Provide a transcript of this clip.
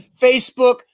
Facebook